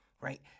right